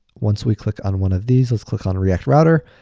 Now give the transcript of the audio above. once we click on one of these, let's click on react router,